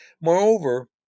Moreover